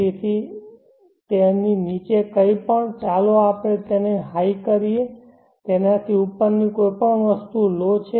તેથી તેની નીચે કંઈપણ ચાલો આપણે તેને હાઈ કરીએ તેનાથી ઉપરની કોઈપણ વસ્તુ લો છે